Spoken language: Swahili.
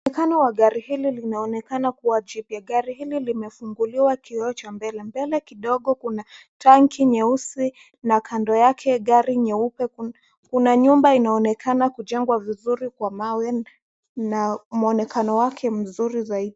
Mwonekano wa gari hili linaonekana kuwa jipya. Gari hili limefunguliwa kioo cha mbele. Mbele kidogo kuna tanki nyeusi na kando yake gari nyeupe. Kuna nyumba inaonekana kujengwa vizuri kwa mawe na mwonekano wake mzuri zaidi.